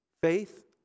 Faith